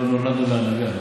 לא נולדנו להנהגה,